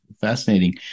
Fascinating